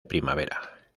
primavera